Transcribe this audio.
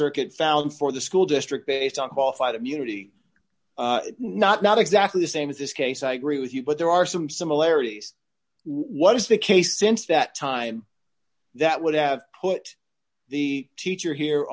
circuit thousands for the school district based on qualified immunity not not exactly the same as this case i agree with you but there are some similarities what is the case since that time that would have put the teacher here